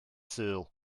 sul